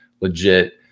legit